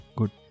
good